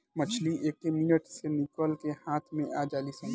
मछली एके मिनट मे निकल के हाथ मे आ जालीसन